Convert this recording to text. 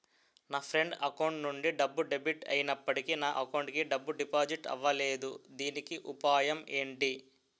నా friend account నుండి డబ్బు డెబిట్ అయినప్పటికీ నా అకౌంట్ కి డబ్బు డిపాజిట్ అవ్వలేదుదీనికి ఉపాయం ఎంటి?